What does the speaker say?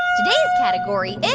today's category